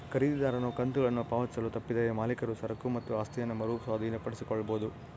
ಖರೀದಿದಾರನು ಕಂತುಗಳನ್ನು ಪಾವತಿಸಲು ತಪ್ಪಿದರೆ ಮಾಲೀಕರು ಸರಕು ಮತ್ತು ಆಸ್ತಿಯನ್ನ ಮರು ಸ್ವಾಧೀನಪಡಿಸಿಕೊಳ್ಳಬೊದು